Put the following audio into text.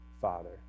Father